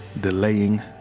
delaying